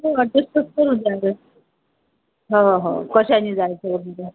तू म्हणतेस तर करून जाणार हो हो कशाने जायचं वगैरे